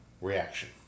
reaction